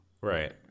Right